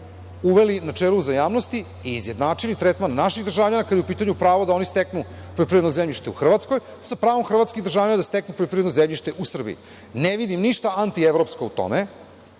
uveli načelo uzajamnosti i izjednačili tretman naših državljana kada je u pitanju pravo da oni steknu poljoprivredno zemljište u Hrvatskoj sa pravom hrvatskih državljana da steknu poljoprivredno zemljište u Srbiji? Ne vidim ništa antievropsko u tome.